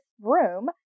room